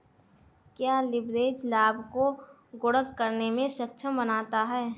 क्या लिवरेज लाभ को गुणक करने में सक्षम बनाता है?